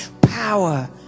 power